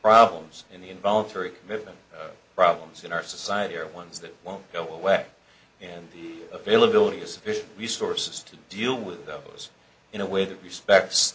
problems in the involuntary movement problems in our society are ones that won't go away and the availability of sufficient resources to deal with those in a way that respects